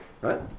right